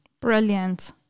Brilliant